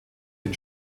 den